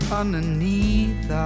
underneath